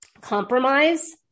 compromise